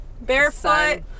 Barefoot